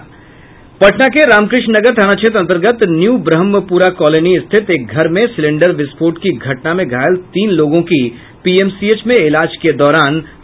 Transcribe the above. पटना के रामकृष्णनगर थाना क्षेत्र अंतर्गत न्यू ब्रह्मपुरा कॉलोनी स्थित एक घर में सिलेंडर विस्फोट की घटना में घायल तीन लोगों की पीएमसीएच में इलाज के दौरान आज मौत हो गयी